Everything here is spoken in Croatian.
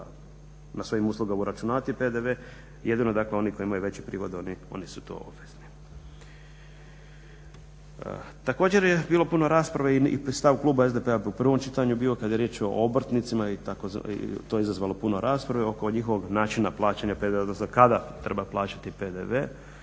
na svojim uslugama uračunavati PDV. Jedino dakle oni koji imaju veće prihode, oni su to obvezni. Također je bilo puno rasprave i stav kluba SDP-a u prvom čitanju je bio kad je riječ o obrtnicima i to je izazvalo puno rasprave oko njihovog načina plaćanja PDV-a, odnosno kada treba plaćati PDV.